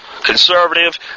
conservative